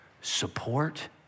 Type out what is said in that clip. support